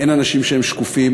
אין אנשים שהם שקופים,